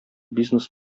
бизнес